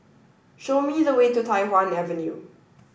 show me the way to Tai Hwan Avenue